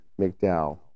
McDowell